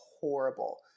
horrible